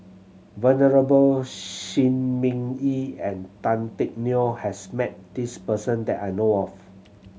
Venerable Shi Ming Yi and Tan Teck Neo has met this person that I know of